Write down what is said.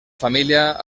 família